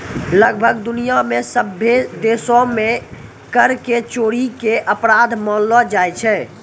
लगभग दुनिया मे सभ्भे देशो मे कर के चोरी के अपराध मानलो जाय छै